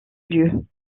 lieu